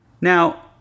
Now